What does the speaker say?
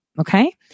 Okay